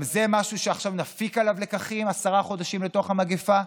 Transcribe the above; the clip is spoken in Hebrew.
גם זה משהו שעכשיו נפיק עליו לקחים עשרה חודשים לתוך המגפה?